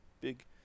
big